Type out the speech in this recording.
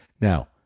Now